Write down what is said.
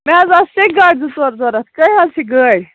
مےٚ حَظ ٲس سیکہِ گاڑِ زٕ ژور ضروٗرت کٔہۍ حظ چھِ گٲڑۍ